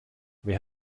wer